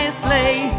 sleigh